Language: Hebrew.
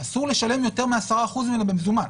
אסור לשלם יותר מ-10% ממנו במזומן.